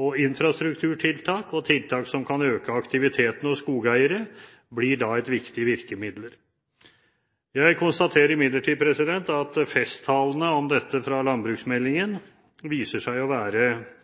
og infrastrukturtiltak og tiltak som kan øke aktiviteten hos skogeiere, blir da et viktig virkemiddel. Jeg konstaterer imidlertid at festtalene om dette i landbruksmeldingen viser seg å være